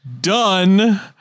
done